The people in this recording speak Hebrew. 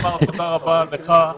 לומר תודה רבה לך,